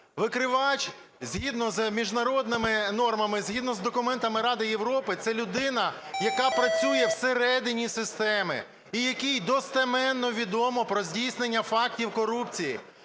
"Викривач" згідно з міжнародними нормами, згідно з документами Ради Європи – це людина, яка працює всередині системи і якій достеменно відомо про здійснення фактів корупції,